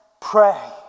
pray